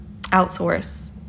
outsource